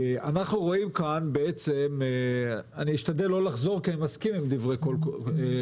אני אשתדל לא לחזור כי אני מסכים עם דברי קודמיי.